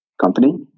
company